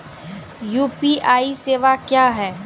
UPI सेवा क्या हैं?